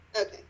Okay